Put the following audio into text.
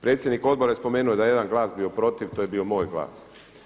Predsjednik odbora je spomenuo da je jedan glas bio protiv, to je bio moj glas.